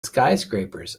skyscrapers